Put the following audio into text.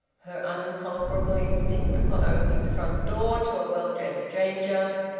her unconquerable instinct, upon opening the front door to a well-dressed stranger,